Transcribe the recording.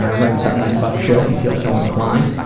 and writing something nice about the show if you feel so inclined.